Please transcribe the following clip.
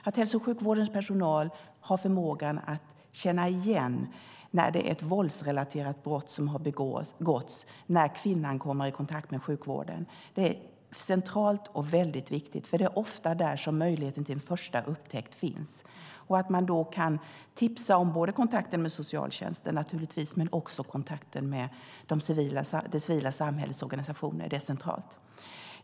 Att hälso och sjukvårdens personal har förmågan att känna igen när det är ett våldsrelaterat brott som har begåtts när kvinnan kommer i kontakt med sjukvården är centralt och väldigt viktigt, för det är ofta där som möjligheten till en första upptäckt finns. Att man då kan tipsa om kontakter med socialtjänsten naturligtvis, men också om kontakten med det civila samhällets organisationer är centralt.